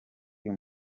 uyu